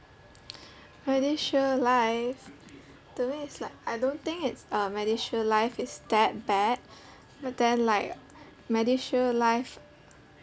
medishield life to me it's like I don't think it's uh medishield life is that bad but then like medishield life